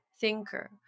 thinker